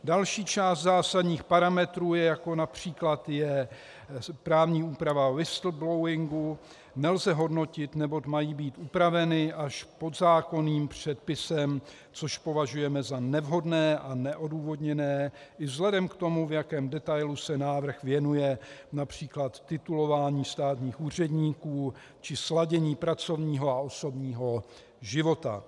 Další část zásadních parametrů, jako je například právní úprava whistleblowingu, nelze hodnotit, neboť mají být upraveny až podzákonným předpisem, což považujeme za nevhodné a neodůvodněné i vzhledem k tomu, v jakém detailu se návrh věnuje například titulování státních úředníků či sladění pracovního a osobního života.